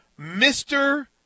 Mr